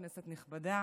כנסת נכבדה,